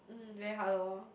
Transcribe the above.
mm very hard loh